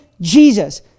Jesus